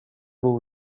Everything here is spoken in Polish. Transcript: był